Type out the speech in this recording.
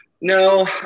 No